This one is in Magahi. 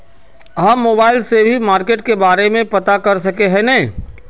हम मोबाईल से भी मार्केट के बारे में पता कर सके है नय?